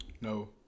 No